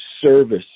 service